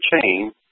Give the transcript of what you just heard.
chain